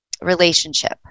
relationship